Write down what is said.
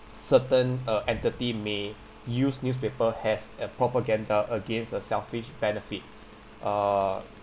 certain uh entity may use newspaper as a propaganda against a selfish benefit uh